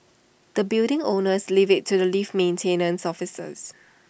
the building owners leave IT to the lift maintenance officers